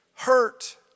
Hurt